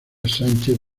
sánchez